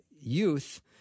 youth